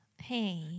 Hey